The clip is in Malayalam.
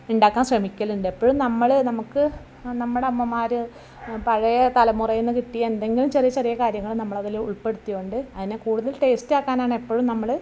ഉണ്ടാക്കാൻ ശ്രമിക്കലുണ്ട് എപ്പഴും നമ്മള് നമുക്ക് നമ്മുടെ അമ്മമാര് പഴയ തലമുറയിൽ കിട്ടിയ എന്തെങ്കിലും ചെറിയ ചെറിയ കാര്യങ്ങള് നമ്മളതില് ഉൾപ്പെടുത്തി കൊണ്ട് അതിനെ കൂടുതൽ ടേസ്റ്റ് ആക്കാനാണ് എപ്പഴും നമ്മള്